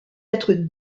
être